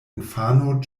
infano